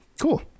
Cool